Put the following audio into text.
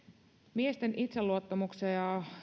miesten itseluottamukseen ja